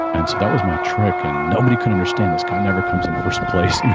and so that was my trick. and nobody could understand. this guy never comes in first place. you know,